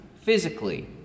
physically